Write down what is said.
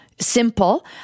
simple